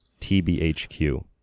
TBHQ